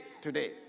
today